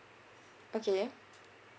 okay